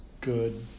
good